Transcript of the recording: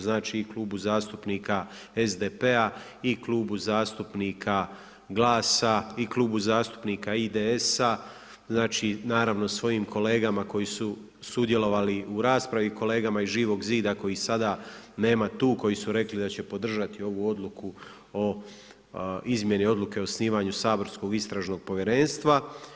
Znači i Klubu zastupnika SDP-a i Klubu zastupnika GLAS-a i Klubu zastupnika IDS-a, naravno svojim kolegama koji su sudjelovali u raspravi i kolegama iz Živog zida kojih sada nema tu, koji su rekli da će podržati ovu odluku o izmjeni odluke o osnivanju saborskog istražnog povjerenstva.